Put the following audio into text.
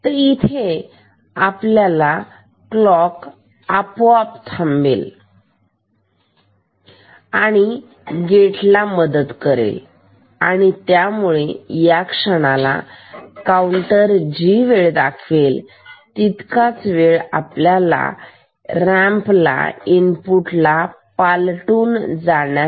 तर तिथे क्लॉक आपोआप थांबेल आणि गेटला मदत करेल आणि त्यामुळे या या क्षणाला काउंटर जी वेळ दाखवेल तितकाच वेळ हवा आहे रॅम्प इनपुटला पालटून जाण्यासाठी